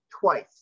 twice